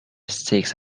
sticks